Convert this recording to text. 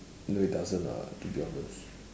no it doesn't lah to be honest